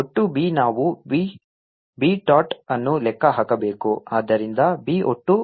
ಈಗ ಒಟ್ಟು B ನಾವು B ಟಾಟ್ ಅನ್ನು ಲೆಕ್ಕ ಹಾಕಬೇಕು ಆದ್ದರಿಂದ B ಒಟ್ಟು